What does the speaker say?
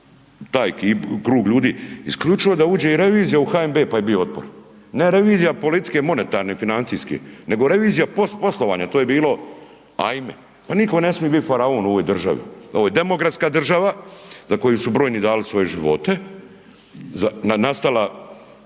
taj krug ljudi isključivo da uđe i revizija u HNB, pa je bio otpor, ne revizija politike monetarne financijske, nego revizija pos poslovanja, to je bilo ajme, pa niko ne smi bit faraon u ovoj državi, ovo je demokratska država za koju su brojni dali svoje živote, na nastala